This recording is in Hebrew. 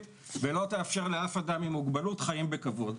ולא תאפשר לאף אדם עם מוגבלות חיים בכבוד.